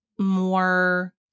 more